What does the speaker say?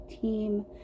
team